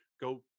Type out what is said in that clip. go